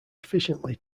efficiently